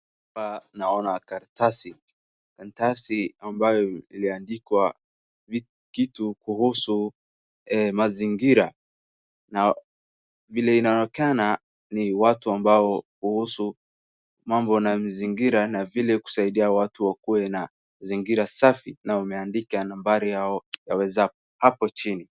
Hapa naona karatasi. Karatasi ambayo iliandikwa kitu kuhusu mazingira. Vile inaonekana ni watu ambao kuhusu mambo na mzingira na vile kusaidia watu wakuwe na zingira safi na wameandika nambari yao ya whatsup hapo chini.